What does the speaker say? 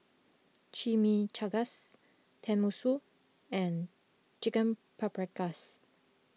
Chimichangas Tenmusu and Chicken Paprikas